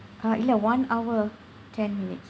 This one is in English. uh இல்லை:illai one hour ten minutes